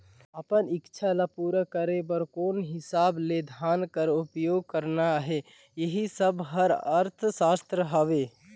अपन इक्छा ल पूरा करे बर कोन हिसाब ले धन कर उपयोग करना अहे एही सब हर अर्थसास्त्र हवे